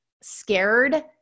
scared